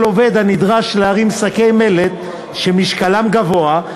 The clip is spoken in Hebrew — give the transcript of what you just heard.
עובד הנדרש להרים שקי מלט שמשקלם גבוה.